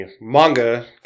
manga